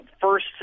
first